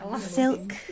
Silk